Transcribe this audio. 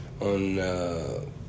on